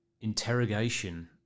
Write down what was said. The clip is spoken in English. interrogation